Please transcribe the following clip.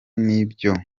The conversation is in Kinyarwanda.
n’ibyo